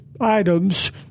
items